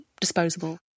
disposable